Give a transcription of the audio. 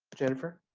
jennifer?